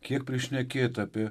kiek prišnekėta apie